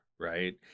right